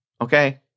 okay